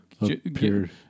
appeared